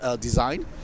design